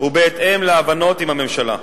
ובהתאם להבנות עם הממשלה.